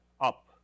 up